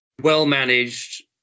well-managed